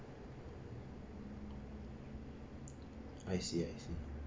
I see I see